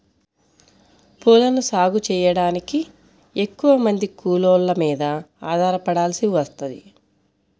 పూలను సాగు చెయ్యడానికి ఎక్కువమంది కూలోళ్ళ మీద ఆధారపడాల్సి వత్తది